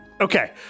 Okay